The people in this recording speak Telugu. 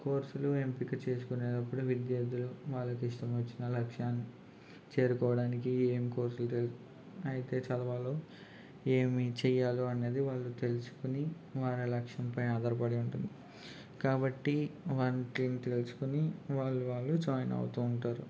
కోర్సులు ఎంపిక చేసుకునేటప్పుడు విద్యార్థులు వాళ్ళకి ఇష్టం వచ్చిన లక్ష్యాన్ని చేరుకోవడానికి ఏమి కోర్సులు తెల్ అయితే చదవాలో ఏమి చేయాలో అనేది వాళ్ళు తెలుసుకుని వాళ్ళ లక్ష్యం పైన ఆధారపడి ఉంటుంది కాబట్టి వాళ్ళకి లక్ష్యం తెలుసుకొని వాళ్ళు వాళ్ళు జాయిన్ అవుతు ఉంటారు